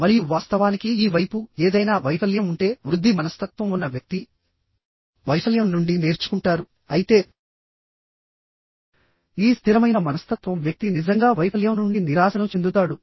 మరియు వాస్తవానికి ఈ వైపు ఏదైనా వైఫల్యం ఉంటే వృద్ధి మనస్తత్వం ఉన్న వ్యక్తి వైఫల్యం నుండి నేర్చుకుంటారు అయితే ఈ స్థిరమైన మనస్తత్వం వ్యక్తి నిజంగా వైఫల్యం నుండి నిరాశను చెందుతాడు